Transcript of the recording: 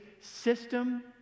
system